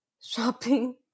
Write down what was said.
shopping